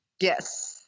yes